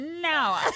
No